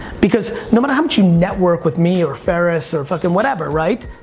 because no matter how much network with me or ferriss or fuckin' whatever right?